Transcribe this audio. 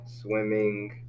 swimming